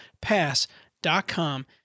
pass.com